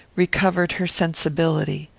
recovered her sensibility.